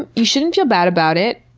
um you shouldn't feel bad about it.